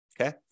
okay